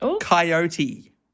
coyote